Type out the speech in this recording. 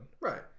Right